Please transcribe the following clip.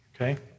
Okay